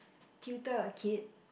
tutor a kid